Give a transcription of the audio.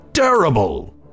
Terrible